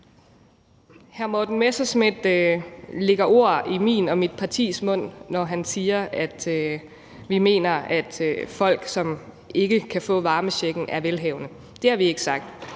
Hr. Morten Messerschmidt lægger ord i munden på mig og mit parti, når han siger, at vi mener, at folk, som ikke kan få varmechecken, er velhavende. Det har vi ikke sagt.